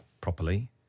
properly